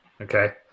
Okay